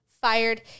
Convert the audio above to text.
fired